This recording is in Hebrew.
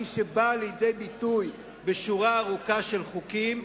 כפי שבאה לידי ביטוי בשורה ארוכה של חוקים,